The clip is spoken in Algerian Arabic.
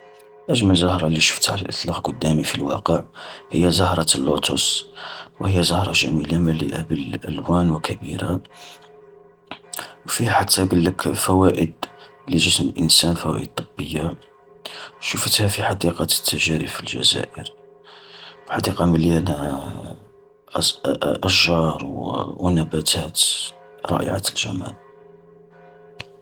أجمل زهرة اللي شفتها على الاطلاق قدامي في الواقع، هي زهرة اللوتوس. وهي زهرة جميلة مليئة بالألوان و كبيرة، وفيها حتى قالك فوائد لجسم الإنسان فوائد طبية. شفتها في حديقة التجارب في الجزائر، حديقة مليانا أز-أشجار و نباتات رائعة الجمال.